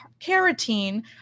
carotene